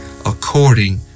according